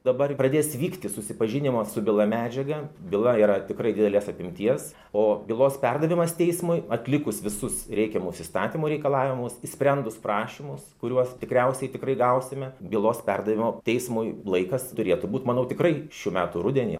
dabar pradės vykti susipažinimo su byla medžiaga byla yra tikrai didelės apimties o bylos perdavimas teismui atlikus visus reikiamus įstatymų reikalavimus išsprendus prašymus kuriuos tikriausiai tikrai gausime bylos perdavimo teismui laikas turėtų būt manau tikrai šių metų rudenį